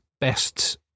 best